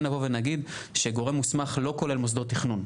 כן נבוא ונגיד שגורם מוסמך לא כולל מוסדות תכנון.